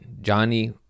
Johnny